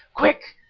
quick!